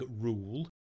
rule